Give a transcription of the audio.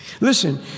Listen